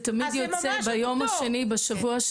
זה ממש או-טו-טו.